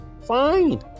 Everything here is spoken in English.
fine